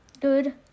Good